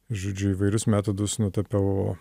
žodžiu įvairius metodus nutapiau